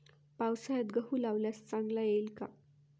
पावसाळ्यात गहू लावल्यास चांगला येईल का?